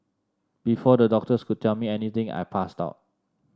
before the doctors could tell me anything I passed out